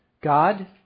God